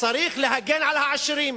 צריך להגן על העשירים.